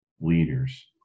leaders